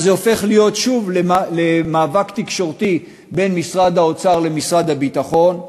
ואז זה הופך להיות שוב מאבק תקשורתי בין משרד האוצר למשרד הביטחון,